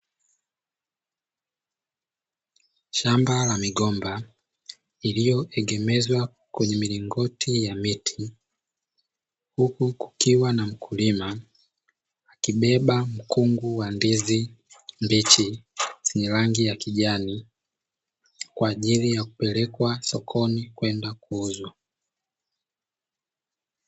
Shamba la migomba iliyoegemezwa kwenye milingoti ya miti, huku kukiwa na mkulima akibeba mkungu wa ndizi mbichi zenye rangi ya kijani, kwa ajili ya kupelekwa sokoni kwa ajili ya kwenda kuuzwa.